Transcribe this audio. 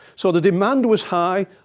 so the demand was high.